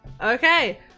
okay